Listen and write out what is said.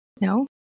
No